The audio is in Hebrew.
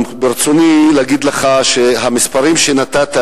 ברצוני להגיד לך שהמספרים שנתת,